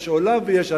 יש עולם ויש אנחנו.